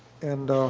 and